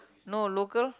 no local